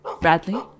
Bradley